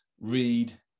read